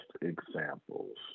examples